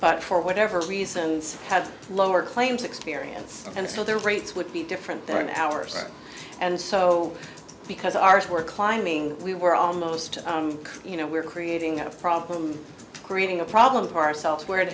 but for whatever reasons had lower claims experience and so their rates would be different than ours and so because ours were climbing we were almost you know we're creating a problem creating a problem for ourselves where it